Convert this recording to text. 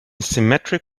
symmetric